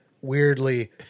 weirdly